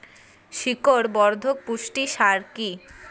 শিকড় বর্ধক পুষ্টি সার কি?